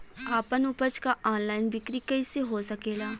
आपन उपज क ऑनलाइन बिक्री कइसे हो सकेला?